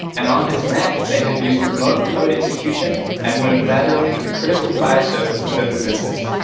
and on his mac they have used remote code execution and moved laterally to critical file server within the business.